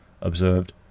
observed